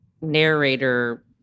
narrator